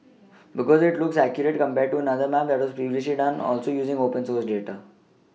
because it looks accurate compared to another map that was previously done also using open source data